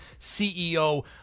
CEO